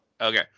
okay